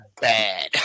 bad